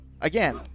Again